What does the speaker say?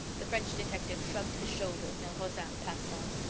the french detective shrugged his shoulders and rozaine passed on.